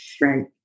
Right